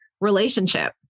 relationship